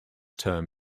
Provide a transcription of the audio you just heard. term